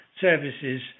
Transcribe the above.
services